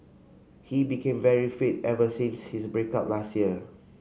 he became very fit ever since his break up last year